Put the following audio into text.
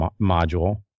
module